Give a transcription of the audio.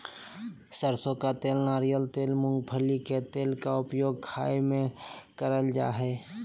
सरसों का तेल नारियल तेल मूंगफली के तेल के उपयोग खाय में कयल जा हइ